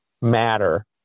matter